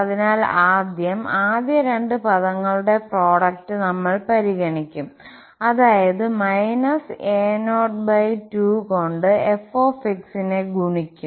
അതിനാൽ ആദ്യം ആദ്യ രണ്ട് പദങ്ങളുടെ പ്രോഡക്റ്റ് നമ്മൾ പരിഗണിക്കും അതായത് a02കൊണ്ട് f നെ ഗുണിക്കും